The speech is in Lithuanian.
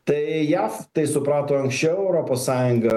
tai jav tai suprato anksčiau europos sąjunga